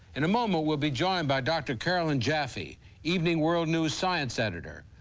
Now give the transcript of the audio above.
in a moment, we'll be joined by dr. caroline jaffe evening world news science editor.